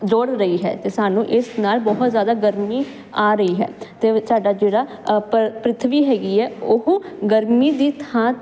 ਜੋੜ ਰਹੀ ਹੈ ਤੇ ਸਾਨੂੰ ਇਸ ਨਾਲ ਬਹੁਤ ਜਿਆਦਾ ਗਰਮੀ ਆ ਰਹੀ ਹੈ ਤੇ ਸਾਡਾ ਜਿਹੜਾ ਪ੍ਰਿਥਵੀ ਹੈਗੀ ਹ ਉਹ ਗਰਮੀ ਦੀ ਥਾਂ ਤੇ